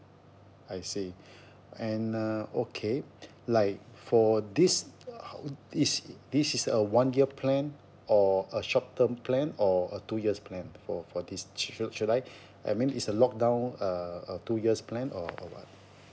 I see and uh okay like for this h~ is this is a one year plan or a short term plan or a two years plan for for this sho~ should I I mean is a lock down a a two years plan or or what